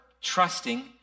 trusting